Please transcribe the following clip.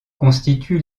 constitue